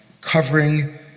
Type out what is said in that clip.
covering